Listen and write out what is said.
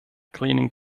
cleaning